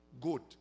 good